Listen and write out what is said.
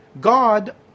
God